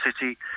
city